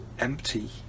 empty